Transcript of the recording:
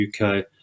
UK